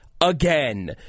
Again